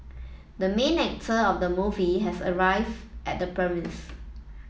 the main actor of the movie has arrive at the